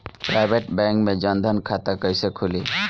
Private bank मे जन धन खाता कैसे खुली?